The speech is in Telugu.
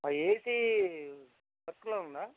ఆ ఏ సీ ఫస్ట్లో ఉందా